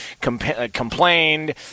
complained